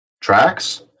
tracks